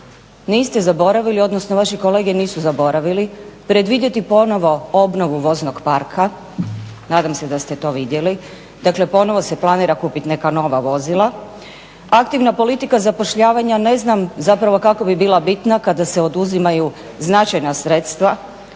niste zaboravili, odnosno vaši kolege nisu zaboravili predvidjeti ponovno obnovu voznog parka, nadam se da ste to vidjeli, dakle ponovno se planira kupiti neka nova vozila. Aktivna politika zapošljavanja ne znam zapravo kako bi bila bitna kada se oduzimaju značajna sredstva.